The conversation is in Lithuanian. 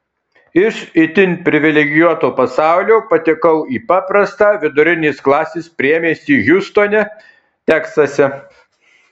iš itin privilegijuoto pasaulio patekau į paprastą vidurinės klasės priemiestį hjustone teksase